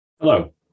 Hello